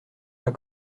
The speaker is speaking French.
pas